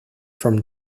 from